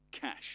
Cash